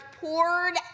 poured